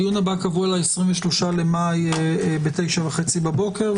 הדיון הבא קבוע ל-23 במאי ב-09:30 בבוקר.